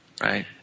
Right